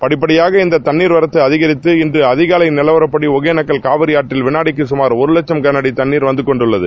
படிப்படியாக இந்த தண்ணீர் வரத்து அதிகரித்து இன்று அதிகாலை நிலவரப்படி ஒகனேக்கல் காவிரி ஆற்றில் விநாடிக்கு கமார் ஒரு வட்சம் கன அடி தண்ணீர் வந்து கொண்டுள்ளது